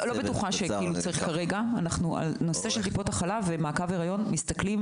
על טיפות החלב ומעקבי ההיריון אנחנו מסתכלים